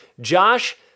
Josh